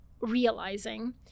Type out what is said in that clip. realizing